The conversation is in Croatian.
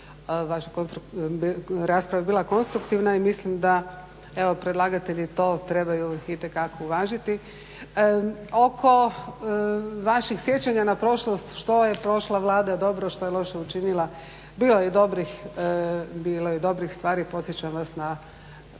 Rasprava je bila konstruktivna i mislim da predlagatelji to trebaju itekako uvažiti. Oko vaših sjećanja na prošlost što je prošla Vlada dobro, što je loše učinila bilo je i dobrih stvari. Podsjećam vas na